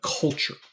culture